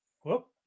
whoop